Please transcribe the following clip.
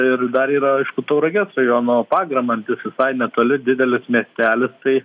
ir dar yra aišku tauragės rajono pagramantis visai netoli didelis miestelis tai